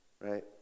right